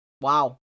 Wow